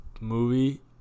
movie